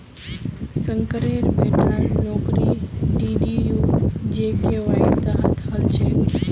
शंकरेर बेटार नौकरी डीडीयू जीकेवाईर तहत हल छेक